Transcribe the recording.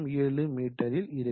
07 மீட்டரில் இருக்கும்